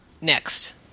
Next